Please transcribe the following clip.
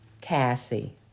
Cassie